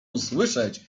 usłyszeć